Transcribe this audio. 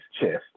chest